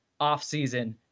offseason